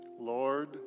Lord